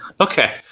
Okay